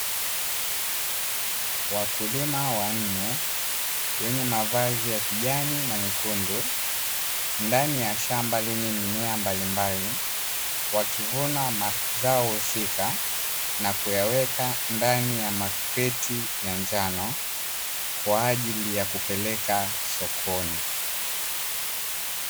Wakulima wanne wenye mavazi ya kijani na nyekundu ndani ya shamba lenye mimea mbalimbali, wakivuna mazao husika na kuyaweka ndani ya makreti ya njano kwa ajili ya kupeleka sokoni.